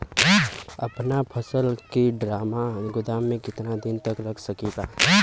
अपना फसल की ड्रामा गोदाम में कितना दिन तक रख सकीला?